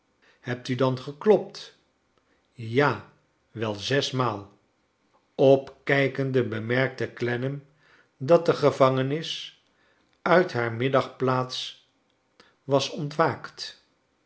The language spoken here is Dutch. hebt u dan geklopt ja wel zes maal opkijkende bemerkte clennam dat de gevangenis uit haar middagplaats was ontwaakt